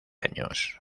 años